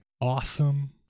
awesome